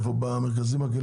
במרכזים הקהילתיים?